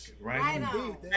right